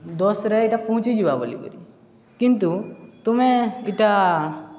ଦଶରେ ଏଇଟା ପହଞ୍ଚିଯିବା ବୋଲିକରି କିନ୍ତୁ ତୁମେ ଇଟା